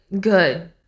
good